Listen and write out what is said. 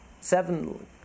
seven